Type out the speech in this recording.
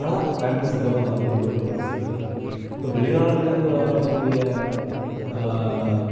ஆனால் தமிழ் சுத்தமாக மறந்து போகக்கூடிய சூழ்நில இருக்குது இப்போ வெளிநாட்டிலேருந்து வரக்கூடிய